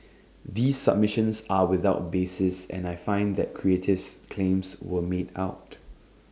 these submissions are without basis and I find that creative's claims were made out